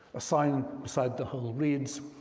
a sign beside the hole reads,